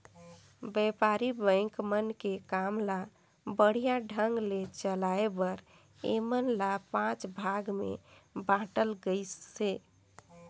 बेपारी बेंक मन के काम ल बड़िहा ढंग ले चलाये बर ऐमन ल पांच भाग मे बांटल गइसे